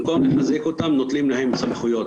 במקום לחזק אותם נוטלים להם סמכויות.